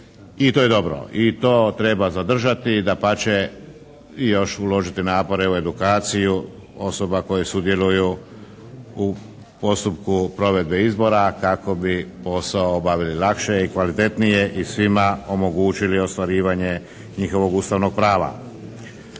i to je dobro. I to treba zadržati i dapače i još uložiti napore u edukaciju osoba koje sudjeluju u postupku provedbe izbora kako bi posao obavili lakše i kvalitetnije i svima omogućili ostvarivanje njihovog ustavnog prava.